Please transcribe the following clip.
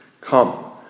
come